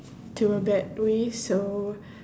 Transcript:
to a bad way so